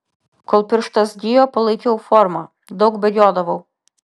kol pirštas gijo palaikiau formą daug bėgiodavau